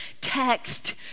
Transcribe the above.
text